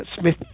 Smith